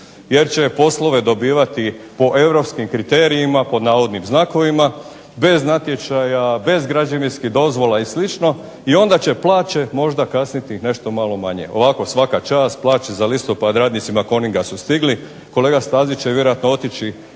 Jer će poslove dobivati po Europskim kriterijima, bez natječaja, bez građevinskih dozvola i slično, ona će plaće kasniti nešto malo manje. Ovako svaka čast, plaće za listopad radnicima Coninga su stigli, kolega Stazić će vjerojatno otići